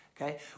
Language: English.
okay